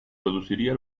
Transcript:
produciría